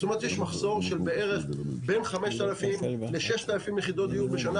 זאת אומרת שיש מחסור של בערך 5,000-6,000 יחידות דיור בשנה.